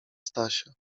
stasia